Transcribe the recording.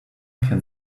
can